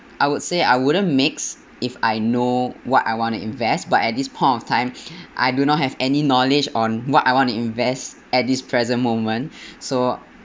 I would say I wouldn't mix if I know what I want to invest but at this point of time I do not have any knowledge on what I want to invest at this present moment so